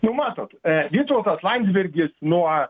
nu matot vytautas landsbergis nuo